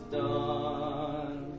done